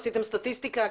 עשיתם סטטיסטיקה כתובה?